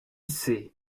sait